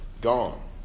gone